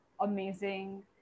amazing